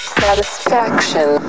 satisfaction